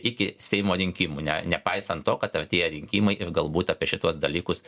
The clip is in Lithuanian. iki seimo rinkimų ne nepaisant to kad artėja rinkimai ir galbūt apie šituos dalykus